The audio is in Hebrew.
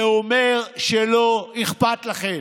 זה אומר שלא אכפת לכם,